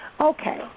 Okay